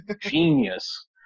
genius